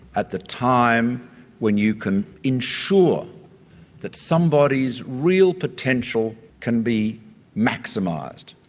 at the time when you can ensure that somebody's real potential can be maximised.